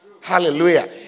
Hallelujah